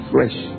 Fresh